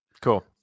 cool